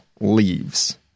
leaves